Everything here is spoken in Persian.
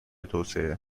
توسعه